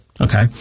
Okay